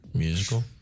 Musical